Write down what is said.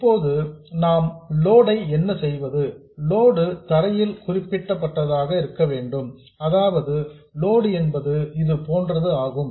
இப்போது நாம் லோடு ஐ என்ன செய்வது லோடு தரையில் குறிப்பிடப்பட்டதாக இருக்க வேண்டும் அதாவது லோடு என்பது இது போன்றது ஆகும்